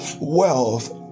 wealth